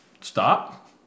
Stop